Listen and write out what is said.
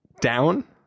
down